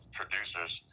producers